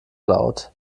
laut